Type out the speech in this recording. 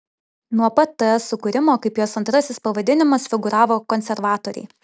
nuo pat ts sukūrimo kaip jos antrasis pavadinimas figūravo konservatoriai